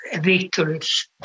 victories